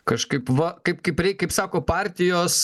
kažkaip va kaip kaip reik kaip sako partijos